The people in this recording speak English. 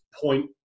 point